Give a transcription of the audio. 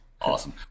Awesome